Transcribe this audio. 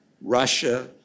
Russia